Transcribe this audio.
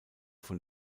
von